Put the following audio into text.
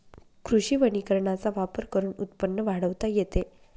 कृषी वनीकरणाचा वापर करून उत्पन्न वाढवता येते